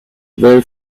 very